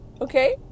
Okay